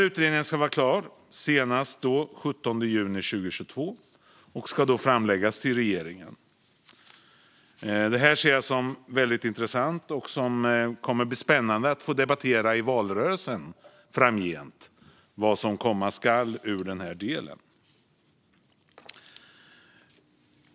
Utredningen ska vara klar senast den 17 juni 2022 då den ska läggas fram till regeringen. Jag ser det här som väldigt intressant, och det ska bli spännande att i valrörelsen få debattera vad som komma skall ur den här delen.